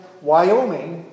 Wyoming